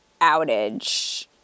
outage